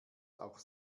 auch